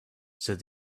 said